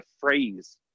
phrase